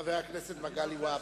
חבר הכנסת מגלי והבה.